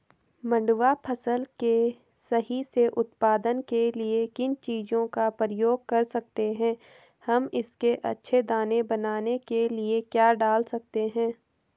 मंडुवा फसल के सही से उत्पादन के लिए किन चीज़ों का प्रयोग कर सकते हैं हम इसके अच्छे दाने बनाने के लिए क्या डाल सकते हैं?